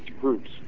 groups